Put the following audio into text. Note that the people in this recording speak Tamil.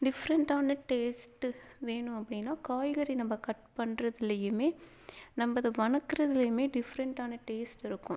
டிஃப்ரெண்ட்டான டேஸ்ட் வேணும் அப்படின்னா காய்கறி நம்ம கட் பண்ணுறதுலையுமே நம்ம அதை வதக்குறதுலையுமே டிஃப்ரெண்ட்டான டேஸ்ட் இருக்கும்